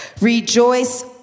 Rejoice